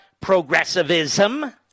progressivism